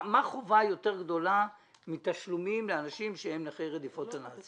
מה חובה יותר גדולה מתשלומים לאנשים שהם נכי רדיפות הנאצים?